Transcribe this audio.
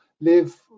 live